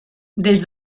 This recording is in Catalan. des